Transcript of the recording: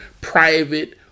private